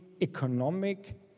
economic